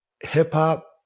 hip-hop